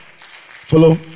Follow